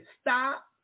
Stop